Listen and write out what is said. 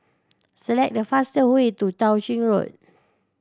select the fastest way to Tao Ching Road